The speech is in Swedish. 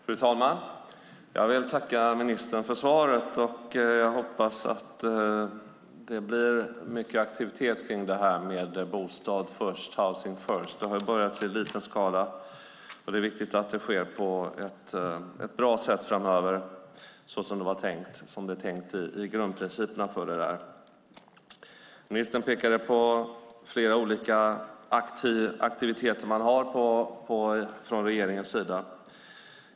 Fru talman! Jag vill tacka ministern för svaret. Jag hoppas att det blir mycket aktivitet kring det här med bostad först, housing first. Det har börjat i liten skala. Det är viktigt att det sker på ett bra sätt framöver, som det är tänkt i grundprinciperna. Ministern pekade på flera olika aktiviteter man har från regeringens sida.